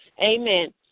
Amen